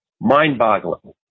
mind-boggling